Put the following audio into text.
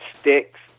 sticks